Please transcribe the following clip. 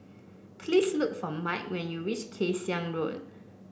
please look for Mike when you reach Kay Siang Road